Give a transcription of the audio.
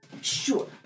Sure